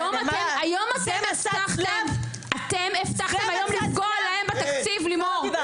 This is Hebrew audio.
כן היום אתם הבטחתם היום לפגוע להם בתקציב לימור.